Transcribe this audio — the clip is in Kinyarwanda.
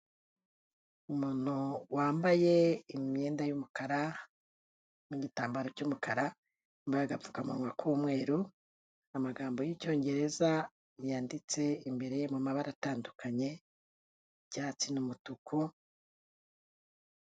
Umuntu wambaye imyenda y'umukara, n'igitambaro cy'umukara, yambaye agapfukamuwa k'umweru, amagambo y'Icyongereza yanditse imbere mu mabara atandukanye, icyatsi n'umutuku...